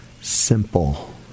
Simple